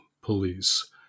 police